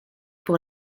pour